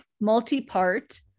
multi-part